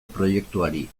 proiektuari